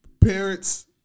parents